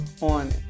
on